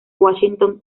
washington